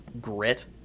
grit